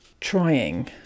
trying